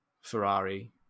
Ferrari